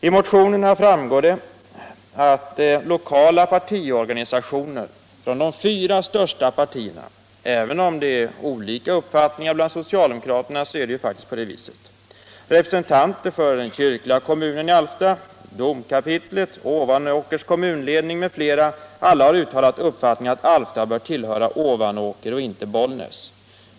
Av motionerna framgår det att lokala partiorganisationer från de fyra största partierna — även om det är olika uppfattningar bland socialdemokraterna, så är det faktiskt på det viset —, representanter för den kyrkliga kommunen i Alfta, domkapitlet, Ovanåkers kommunledning m.fl. har uttalat uppfattningen att Alfta bör tillhöra Ovanåker och inte Bollnäs.